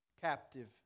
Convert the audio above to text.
captive